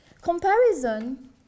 Comparison